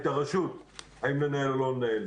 את הרשות אם לנהל או לא לנהל.